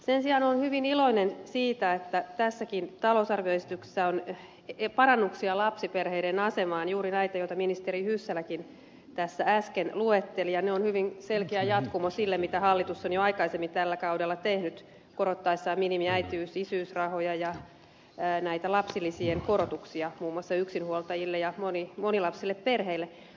sen sijaan olen hyvin iloinen siitä että tässäkin talousarvioesityksessä on parannuksia lapsiperheiden asemaan juuri näitä joita ministeri hyssäläkin äsken luetteli ja ne ovat hyvin selkeä jatkumo sille mitä hallitus on jo aikaisemmin tällä kaudella tehnyt korottaessaan minimiäitiys isyysrahoja ja kohdentaessaan lapsilisien korotuksia muun muassa yksinhuoltajille ja monilapsisille perheille